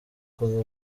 kubaho